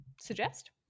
suggest